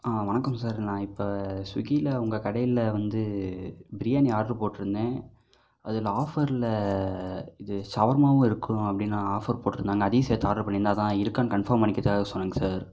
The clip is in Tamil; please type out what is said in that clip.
ஆ வணக்கம் சார் நா இப்ப ஸ்விக்கியில் உங்கள் கடையில் வந்து பிரியாணி ஆர்ட்ரு போட்டுருந்தேன் அதில் ஆஃபரில் இது சவர்மாவும் இருக்கும் அப்படினு ஆஃபர் போட்டுருந்தாங்க அதையும் சேர்த்து ஆர்ட்ரு பண்ணியிருந்தேன் அதுதான் இருக்கானு கன்ஃபார்ம் பண்ணிக்கிறதுக்காக சொன்னேங்க சார்